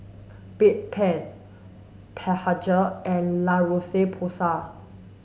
Bedpan Blephagel and La Roche Porsay